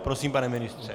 Prosím, pane ministře.